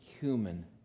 human